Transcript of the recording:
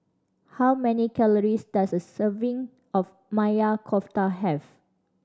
how many calories does a serving of Maya Kofta have